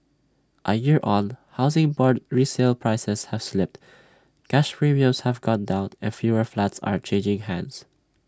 A year on Housing Board resale prices have slipped cash premiums have gone down and fewer flats are changing hands